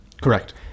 correct